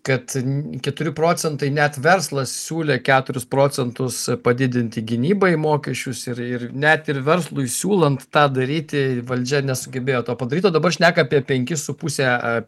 kad n keturi procentai net verslas siūlė keturis procentus padidinti gynybai mokesčius ir ir net ir verslui siūlant tą daryti valdžia nesugebėjo to padaryt o dabar šneka apie penkis su puse a